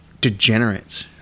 degenerates